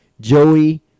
Joey